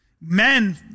Men